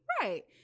right